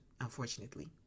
unfortunately